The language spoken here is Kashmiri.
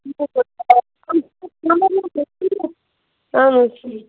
ٹھیٖک